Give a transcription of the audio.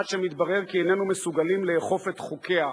עד שמתברר כי איננו מסוגלים לאכוף את חוקיה,